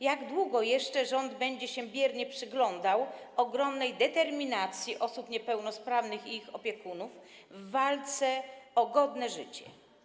Jak długo jeszcze rząd będzie się biernie przyglądał ogromnej determinacji osób niepełnosprawnych i ich opiekunów w walce o godne życie?